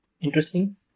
interesting